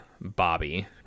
bobby